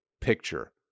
picture